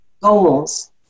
goals